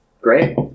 great